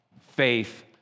faith